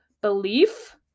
belief